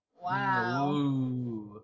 Wow